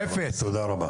תודה רבה.